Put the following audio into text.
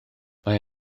mae